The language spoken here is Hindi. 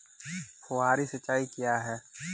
फुहारी सिंचाई क्या है?